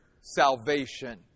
salvation